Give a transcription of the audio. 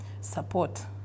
support